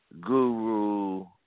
Guru